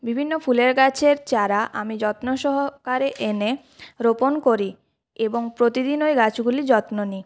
বিভিন্ন ফুলের গাছের চারা আমি যত্ন সহকারে এনে রোপণ করি এবং প্রতিদিন ওই গাছগুলির যত্ন নিই